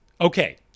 Okay